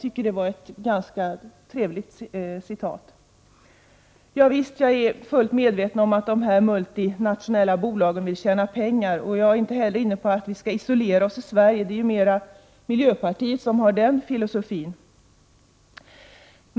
Det var en ganska trevlig formulering. Jag är fullt medveten om att de multinationella bolagen vill tjäna pengar. Vi skall inte isolera oss här i Sverige. Det är miljöpartiet som har den filosofin.